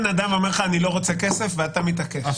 הוא לא צריך להגיד הוא מקבל.